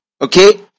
Okay